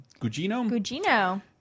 Gugino